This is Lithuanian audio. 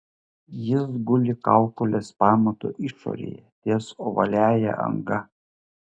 jis guli kaukolės pamato išorėje ties ovaliąja anga